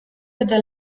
eta